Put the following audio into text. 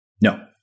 No